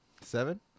Seven